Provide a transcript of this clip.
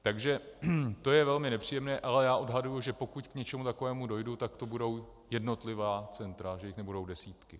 Takže je to velmi nepříjemné, ale odhaduji, že pokud k něčemu takovému dojdu, tak to budou jednotlivá centra, že jich nebudou desítky.